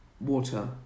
Water